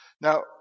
Now